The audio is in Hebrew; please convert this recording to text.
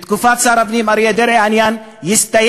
בתקופת שר הפנים אריה דרעי, העניין יסתיים.